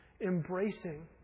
embracing